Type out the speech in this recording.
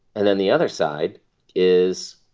and then the other side is,